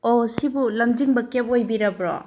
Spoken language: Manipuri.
ꯑꯣ ꯁꯤꯕꯨ ꯂꯝꯖꯤꯡꯕ ꯀꯦꯞ ꯑꯣꯏꯕꯤꯔꯕ꯭ꯔꯣ